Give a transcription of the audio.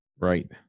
Right